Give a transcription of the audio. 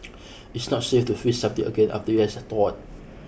it's not safe to freeze something again after it has thawed